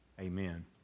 Amen